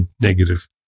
negative